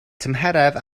tymheredd